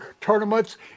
tournaments